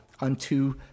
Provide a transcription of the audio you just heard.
unto